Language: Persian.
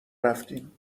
رفتیم